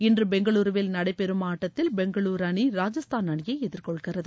இன்று பெங்களுருவில் நடைபெறும் ஆட்டத்தில் பெங்களுரு அணி ராஜஸ்தான் அணியை எதிர்கொள்கிறது